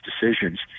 decisions